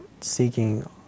seeking